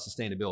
sustainability